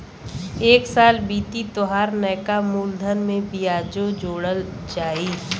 एक साल बीती तोहार नैका मूलधन में बियाजो जोड़ा जाई